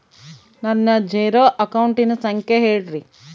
ನನ್ನ ಜೇರೊ ಅಕೌಂಟಿನ ಸಂಖ್ಯೆ ಹೇಳ್ರಿ?